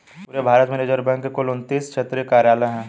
पूरे भारत में Reserve Bank के कुल उनत्तीस क्षेत्रीय कार्यालय हैं